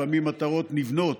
לפעמים מטרות נבנות